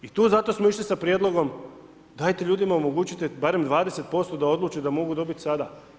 I tu zato smo išli sa prijedlogom dajte ljudima omogućite barem 20% da odluče da mogu dobit sada.